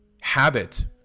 habit